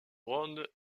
ronde